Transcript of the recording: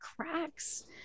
cracks